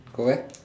go where